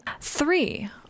Three